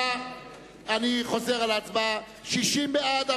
אני חוזר על ההצבעה: 60 בעד,